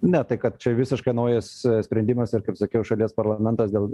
ne tai kad čia visiškai naujas sprendimas ir kaip sakiau šalies parlamentas dėl